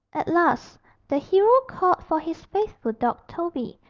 at last the hero called for his faithful dog toby,